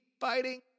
fighting